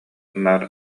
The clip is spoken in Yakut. наар